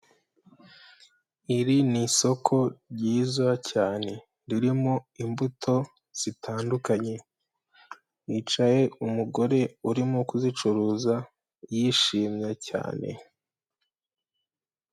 Iri ni isoko ryiza cyane ririmo imbuto zitandukanye hicaye umugore urimo kuzicuruza yishimye cyane.